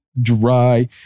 dry